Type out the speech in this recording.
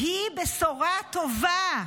"היא בשורה טובה,